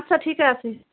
আচ্ছা ঠিক আছে